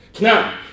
Now